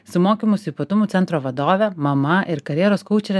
su mokymosi ypatumų centro vadove mama ir karjeros kaučere